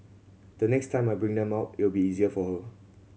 the next time I bring them out it will be easier for her